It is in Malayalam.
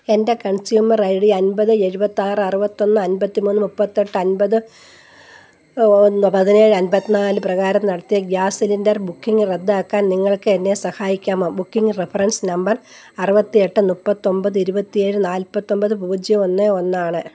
എൻ്റെ കൺസ്യൂമർ ഐ ഡി അമ്പത് എഴുപത്താറ് അറുപത്തൊന്ന് അമ്പത്തിമൂന്ന് മുപ്പത്തെട്ട് അൻപത് പതിനേഴ് അൻപത് നാല് പ്രകാരം നടത്തിയ ഗ്യാസ് സിലിണ്ടർ ബുക്കിംഗ് റദ്ദാക്കാൻ നിങ്ങൾക്ക് എന്നെ സഹായിക്കാമോ ബുക്കിംഗ് റഫറൻസ് നമ്പർ അറുപത്തിയെട്ട് മുപ്പത്തൊമ്പത് ഇരുപത്തിയേഴ് നാല്പത്തൊമ്പത് പൂജ്യം ഒന്ന് ഒന്ന് ആണ്